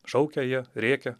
šaukia jie rėkia